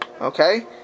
Okay